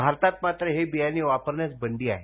भारतात मात्र हे बियाणे वापरण्यास बंदी आहे